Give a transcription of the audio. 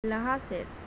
ᱞᱟᱦᱟ ᱥᱮᱫ